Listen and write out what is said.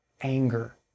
anger